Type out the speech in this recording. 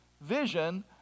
vision